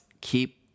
keep